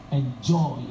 enjoy